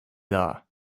dar